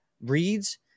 reads